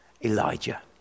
Elijah